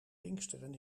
pinksteren